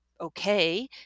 okay